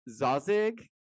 Zazig